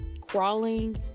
Crawling